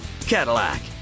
Cadillac